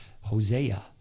Hosea